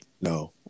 No